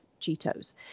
Cheetos